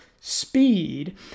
speed